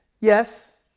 yes